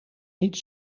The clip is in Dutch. niet